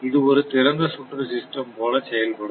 இது ஒரு திறந்து சுற்று சிஸ்டம் போல செயல்படும்